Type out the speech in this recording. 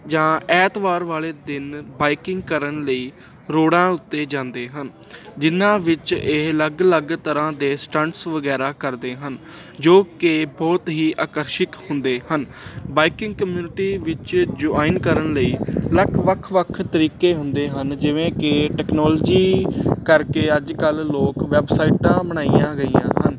ਜਾਂ ਐਤਵਾਰ ਵਾਲੇ ਦਿਨ ਬਾਈਕਿੰਗ ਕਰਨ ਲਈ ਰੋਡਾਂ ਉੱਤੇ ਜਾਂਦੇ ਹਨ ਜਿਹਨਾਂ ਵਿੱਚ ਇਹ ਅਲੱਗ ਅਲੱਗ ਤਰ੍ਹਾਂ ਦੇ ਸਟੰਟਸ ਵਗੈਰਾ ਕਰਦੇ ਹਨ ਜੋ ਕਿ ਬਹੁਤ ਹੀ ਆਕਰਸ਼ਿਕ ਹੁੰਦੇ ਹਨ ਬਾਈਕਿੰਗ ਕਮਿਊਨਿਟੀ ਵਿੱਚ ਜੁਆਇਨ ਕਰਨ ਲਈ ਅਲੱਗ ਵੱਖ ਵੱਖ ਤਰੀਕੇ ਹੁੰਦੇ ਹਨ ਜਿਵੇਂ ਕਿ ਟਕਨੋਲਜੀ ਕਰਕੇ ਅੱਜ ਕੱਲ੍ਹ ਲੋਕ ਵੈਬਸਾਈਟਾਂ ਬਣਾਈਆਂ ਗਈਆਂ ਹਨ